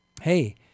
hey